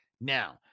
now